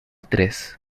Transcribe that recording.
tres